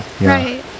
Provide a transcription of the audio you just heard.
right